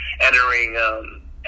entering